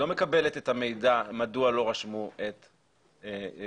היא לא מקבלת את המידע מדוע לא רשמו את ילדיה,